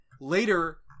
later